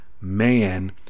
man